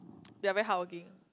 they are very hardworking